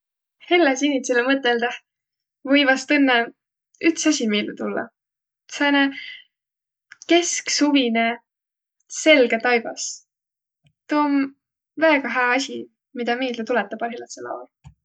Hellesinitsele mõtõldõh või vast õnnõ üts asi miilde tullaq, sääne kesksuvinõ selge taivas. Tuu om väega hää asi, midä miilde tulõtaq parhilladsõl aol.